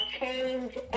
change